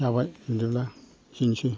जाबाय बिदिब्ला बेनोसै